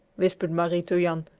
whispered marie to jan.